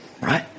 right